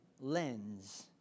lens